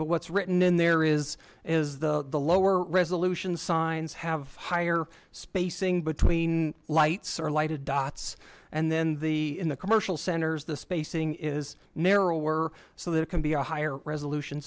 but what's written in there is is the the lower resolution signs have higher spacing between lights are lighted dots and then the in the commercial centers the spacing is narrow we're so there can be a higher resolution